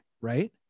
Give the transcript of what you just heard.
right